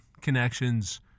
connections